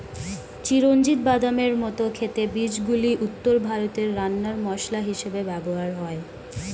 চিরঞ্জিত বাদামের মত খেতে বীজগুলি উত্তর ভারতে রান্নার মসলা হিসেবে ব্যবহার হয়